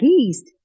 east